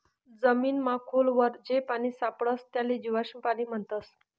जमीनमा खोल वर जे पानी सापडस त्याले जीवाश्म पाणी म्हणतस